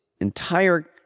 entire